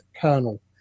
kernel